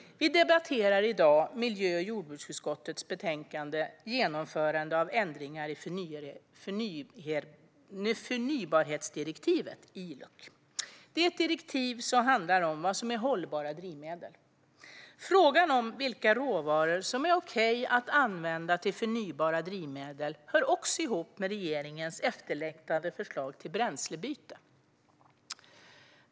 Vi debatterar i dag miljö och jordbruksutskottets betänkande Genomförande av ändringar i förnybartdirektivet - ILUC . Direktivet handlar om vad som är hållbara biodrivmedel. Frågan om vilka råvaror som är okej att använda till förnybara drivmedel hör också ihop med regeringens efterlängtade förslag till bränslebyte.